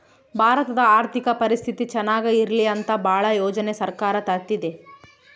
ಭಾರತದ ಆರ್ಥಿಕ ಪರಿಸ್ಥಿತಿ ಚನಾಗ ಇರ್ಲಿ ಅಂತ ಭಾಳ ಯೋಜನೆ ಸರ್ಕಾರ ತರ್ತಿದೆ